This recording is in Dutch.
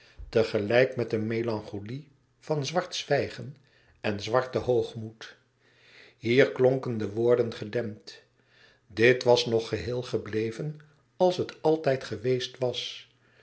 tegelijk met een melancholie van zwart zwijgen en zwarten hoogmoed hier klonken de woorden gedempt dit was nog geheel gebleven als het altijd geweest was